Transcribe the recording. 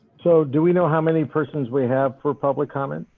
so do we know how many persons we have for public comment?